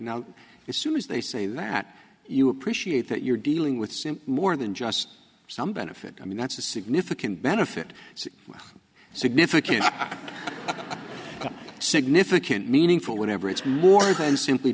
is soon as they say that you appreciate that you're dealing with simply more than just some benefit i mean that's a significant benefit significant significant meaningful whatever it's more than simply